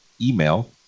email